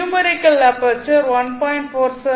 numerical aperture 1